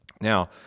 Now